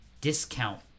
discount